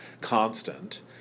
constant